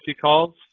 calls